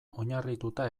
oinarrituta